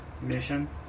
mission